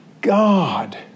God